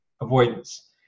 avoidance